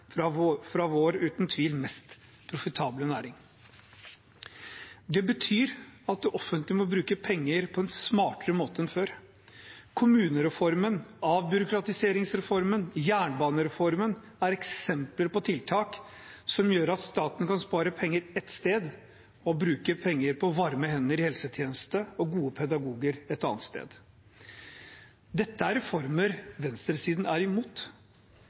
fra vår uten tvil mest profitable næring. Det betyr at det offentlige må bruke penger på en smartere måte enn før. Kommunereformen, avbyråkratiseringsreformen og jernbanereformen er eksempler på tiltak som gjør at staten kan spare penger ett sted og bruke penger på varme hender i helsetjenesten og gode pedagoger et annet sted. Dette er reformer venstresiden er imot.